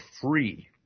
free